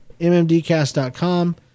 mmdcast.com